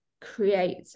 create